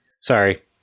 Sorry